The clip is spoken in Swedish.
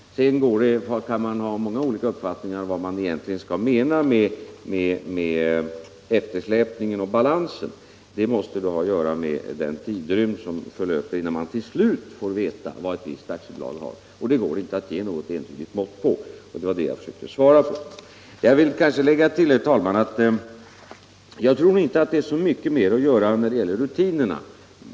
Sedan kan man ha många olika uppfattningar om vad man nu egentligen skall mena med eftersläpningen och balansen. Det måste ha att göra med den tidsrymd som förlöper innan man till slut får veta vad ett visst bolag har för ställning. Detta går det inte att ge något entydigt mått på, vilket jag försökte säga i mitt svar. Jag tror inte det är så mycket mera att göra när det gäller rutinerna.